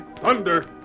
thunder